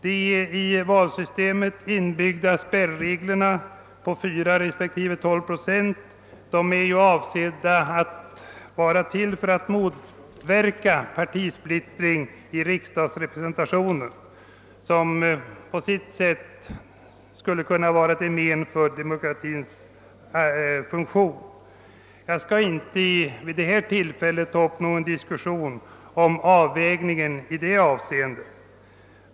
De i valsystemet inbyggda spärreglerna på 4 respektive 12 procent är avsedda att motverka partisplittring i riksdagsrepresentationen, vilket skulle kunna vara till men för demokratins funktion. Jag skall vid detta tillfälle inte ta upp någon diskussion om den rätta avvägningen i det fallet.